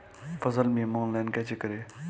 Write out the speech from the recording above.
फसल बीमा ऑनलाइन कैसे करें?